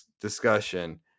discussion